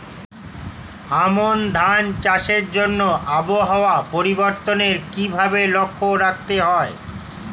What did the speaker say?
আমন ধান চাষের জন্য আবহাওয়া পরিবর্তনের কিভাবে লক্ষ্য রাখতে হয়?